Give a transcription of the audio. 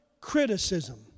criticism